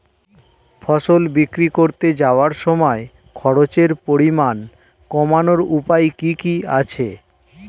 ফসল বিক্রি করতে যাওয়ার সময় খরচের পরিমাণ কমানোর উপায় কি কি আছে?